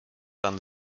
dann